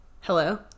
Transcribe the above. Hello